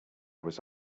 was